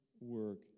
work